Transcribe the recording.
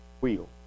wheel